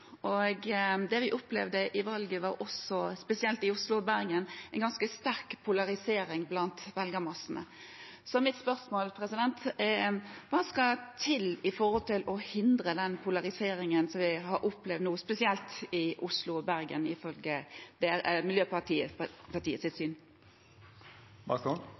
valget. Det vi opplevde i valget, var, spesielt i Oslo og Bergen, også en ganske sterk polarisering blant velgerne. Mitt spørsmål er: Hva skal etter Miljøpartiet De Grønnes syn til for å hindre den polariseringen vi nå har opplevd spesielt i Oslo og Bergen?